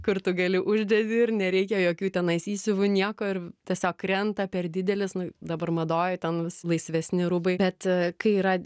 kur tu gali uždėti ir nereikia jokių tenais įsiuvų nieko ir tiesiog krenta per didelis nu dabar madoj ten vis laisvesni rūbai bet kai yra